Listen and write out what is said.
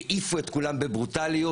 העיפו את כולם בברוטאליות,